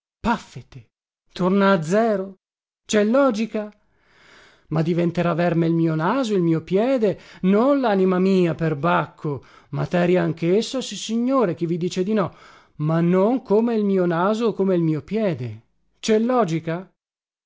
torna zero cè logica ma diventerà verme il mio naso il mio piede non lanima mia per bacco materia anchessa sissignore chi vi dice di no ma non come il mio naso o come il mio piede cè logica